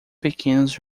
pequenos